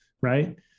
right